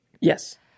Yes